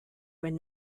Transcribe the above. when